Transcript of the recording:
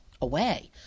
away